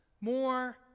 more